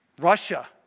Russia